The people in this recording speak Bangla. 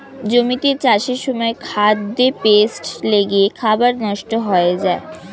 জমিতে চাষের সময় খাদ্যে পেস্ট লেগে খাবার নষ্ট হয়ে যায়